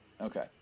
Okay